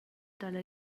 dalla